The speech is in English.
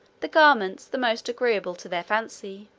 the garments the most agreeable to their fancy,